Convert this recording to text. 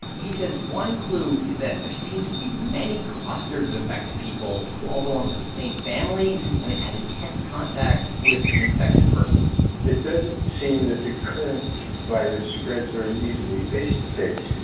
he says one clue is that there seems to be many clusters of infected people who all belong to the same family and they've had intense contact with an infected person it doesn't seem that the current virus spreads very easily face to face,